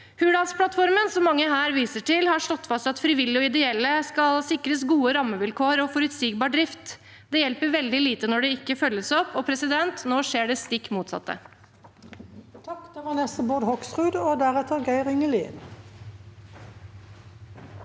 Hurdalsplattformen, som mange her viser til, har slått fast at frivillige og ideelle tilbydere skal sikres gode rammevilkår og forutsigbar drift. Det hjelper veldig lite når det ikke følges opp. Nå skjer det stikk motsatte.